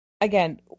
Again